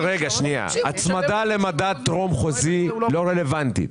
אבל הצמדה למדד טרום חוזי לא רלוונטית.